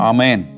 Amen